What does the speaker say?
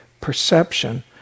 perception